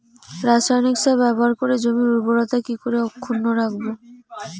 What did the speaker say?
রাসায়নিক সার ব্যবহার করে জমির উর্বরতা কি করে অক্ষুণ্ন রাখবো